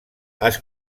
els